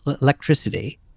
electricity